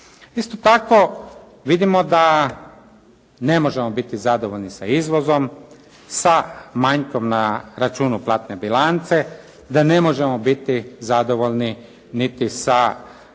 Isto tako, vidimo da ne možemo biti zadovoljni sa izvozom, sa manjkom na računu platne bilance, da ne možemo biti zadovoljni niti sa,